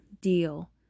deal